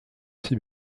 aussi